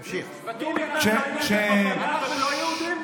ואטורי, אנחנו לא יהודים?